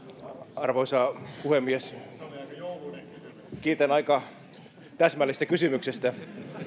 arvoisa puhemies kiitän aika täsmällisestä kysymyksestä